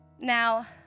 Now